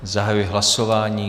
Zahajuji hlasování.